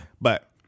But-